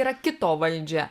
yra kito valdžia